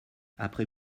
après